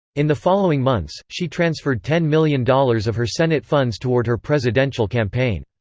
in the following months, she transferred ten million dollars of her senate funds toward her presidential campaign.